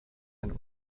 ein